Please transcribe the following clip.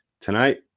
tonight